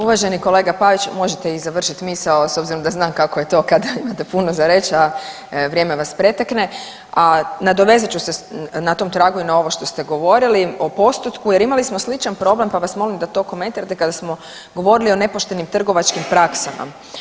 Uvaženi kolega Pavić možete vi završit misao s obzirom da znam kako je to kad imate puno za reć, a vrijeme vas pretekne, a nadovezat ću se na tom tragu i na ovo što ste govorili o postotku, jer imali smo sličan problem pa vas molim da to komentirate kada smo govorili o nepoštenim trgovačkim praksama.